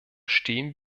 stehen